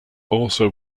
also